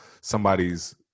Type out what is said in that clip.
somebody's